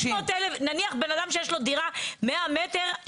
נניח אדם שיש לו דירה של 100 מטר,